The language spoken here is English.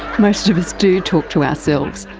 most of us do talk to ourselves,